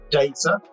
data